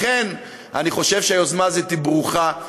לכן, אני חושב שהיוזמה הזאת ברוכה.